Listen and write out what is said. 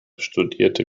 studierte